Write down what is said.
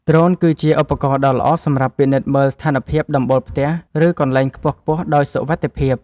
ដ្រូនគឺជាឧបករណ៍ដ៏ល្អសម្រាប់ពិនិត្យមើលស្ថានភាពដំបូលផ្ទះ ឬកន្លែងខ្ពស់ៗដោយសុវត្ថិភាព។